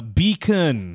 beacon